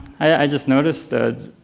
i just noticed that